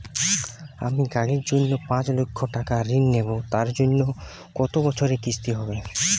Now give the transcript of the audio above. আমি গাড়ির জন্য পাঁচ লক্ষ টাকা ঋণ নেবো তার জন্য কতো বছরের কিস্তি হবে?